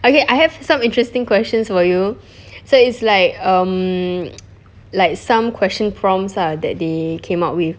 okay I have some interesting questions about you so is like um like some question prompts ah that they came up with